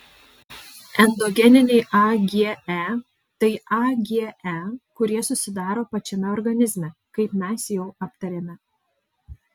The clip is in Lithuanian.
endogeniniai age tai age kurie susidaro pačiame organizme kaip mes jau aptarėme